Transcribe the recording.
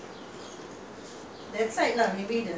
long time when I was young that time